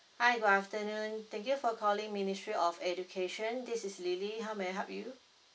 hi good afternoon thank you for calling ministry of education this is lily how may I help you